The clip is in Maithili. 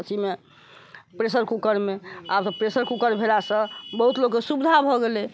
अथीमे प्रेसर कूकरमे आब तऽ प्रेसर कूकर भेलासँ बहुत लोकके सुविधा भऽ गेलैए